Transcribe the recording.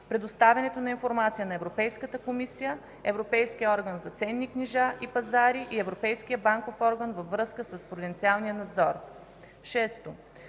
предоставянето на информация на Европейската комисия, Европейския орган за ценни книжа и пазари и Европейския банков орган във връзка с пруденциалния надзор. 6.